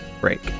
break